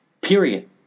period